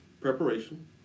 preparation